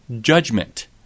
Judgment